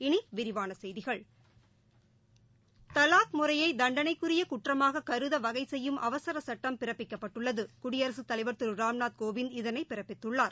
இனி விரிவான செய்திகள் தலாக் முறையை தண்டனைக்குரிய குற்றமாக கருத வகை செய்யும் அவசர சட்டம் பிறப்பிக்கப்பட்டுள்ளது குடியரசுத்தலைவர் திரு ராம்நாத் கோவிந்த் இதனை பிறப்பித்துள்ளார்